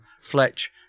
Fletch